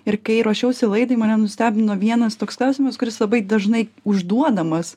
ir kai ruošiausi laidai mane nustebino vienas toks klausimas kuris labai dažnai užduodamas